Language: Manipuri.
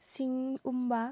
ꯁꯤꯡ ꯎꯝꯕ